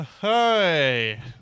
hey